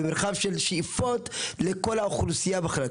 מרחב שאיפות לכל האוכלוסייה בכלל.